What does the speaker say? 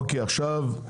אוקי, עכשיו,